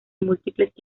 múltiples